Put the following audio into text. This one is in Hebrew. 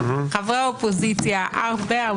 שווה בנפשך, שהכנסת היא כמו גלגל.